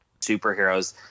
superheroes